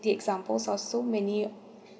the examples of so many